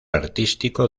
artístico